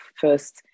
first